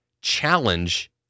Challenge